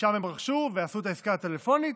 שבה הם רכשו ועשו את העסקה הטלפונית